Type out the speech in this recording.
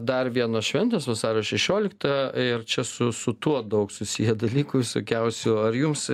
dar vienos šventės vasario šešiolikta ir čia su su tuo daug susiję dalykų visokiausių ar jums